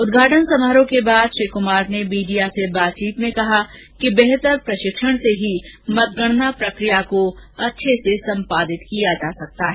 उद्घाटन समारोह के बाद श्री कुमार ने मीडिया से बातचीत में कहा कि बेहतर प्रशिक्षण से ही मतगणना प्रकिया को अच्छे से संपादित किया जा सकता है